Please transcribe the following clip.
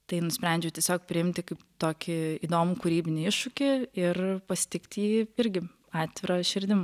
tai nusprendžiau tiesiog priimti kaip tokį įdomų kūrybinį iššūkį ir pasitikti jį irgi atvira širdim